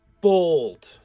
bold